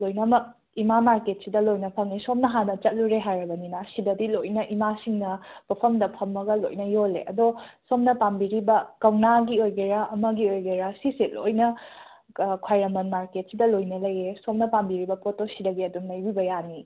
ꯂꯣꯏꯅꯃꯛ ꯏꯃꯥ ꯃꯥꯔꯀꯦꯠꯁꯤꯗ ꯂꯣꯏꯅ ꯐꯪꯉꯦ ꯁꯣꯝꯅ ꯍꯥꯟꯅ ꯆꯠꯂꯨꯔꯦ ꯍꯥꯏꯔꯕꯅꯤꯅ ꯁꯤꯗꯗꯤ ꯂꯣꯏꯅ ꯏꯃꯥꯁꯤꯡꯅ ꯄꯣꯠꯐꯝꯗ ꯐꯝꯃꯒ ꯂꯣꯏꯅ ꯌꯣꯜꯂꯦ ꯑꯗꯣ ꯁꯣꯝꯅ ꯄꯥꯝꯕꯤꯔꯤꯕ ꯀꯧꯅꯥꯒꯤ ꯑꯣꯏꯒꯦꯔꯥ ꯑꯃꯒꯤ ꯑꯣꯏꯒꯦꯔꯥ ꯁꯤꯁꯦ ꯂꯣꯏꯅ ꯈ꯭ꯋꯥꯏꯔꯝꯕꯟ ꯃꯥꯔꯀꯦꯠꯁꯤꯗ ꯂꯣꯏꯅ ꯂꯩꯌꯦ ꯁꯣꯝꯅ ꯄꯥꯝꯕꯤꯔꯤꯕ ꯄꯣꯠꯇꯣ ꯁꯤꯗꯒꯤ ꯑꯗꯨꯝ ꯂꯩꯕꯤꯕ ꯌꯥꯅꯤ